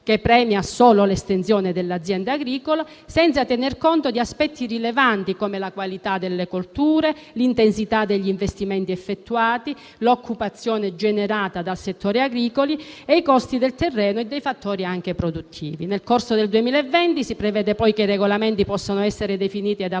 che premia solo l'estensione dell'azienda agricola, senza tener conto di aspetti rilevanti come la qualità delle colture, l'intensità degli investimenti effettuati, l'occupazione generata dal settore agricolo e i costi del terreno e dei fattori produttivi. Si prevede poi che nel corso del 2020 i regolamenti possono essere definiti ed approvati;